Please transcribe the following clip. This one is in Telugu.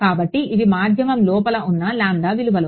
కాబట్టి ఇవి మాధ్యమం లోపల ఉన్న లాంబ్డా విలువలు